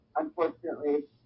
unfortunately